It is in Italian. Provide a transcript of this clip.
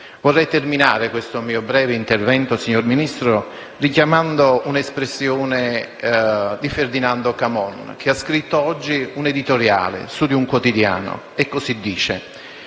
Vorrei terminare questo mio breve intervento, signor Ministro, richiamando un'espressione di Ferdinando Camon, che ha scritto oggi un editoriale su un quotidiano che